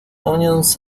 onions